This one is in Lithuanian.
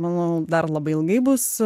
manau dar labai ilgai bus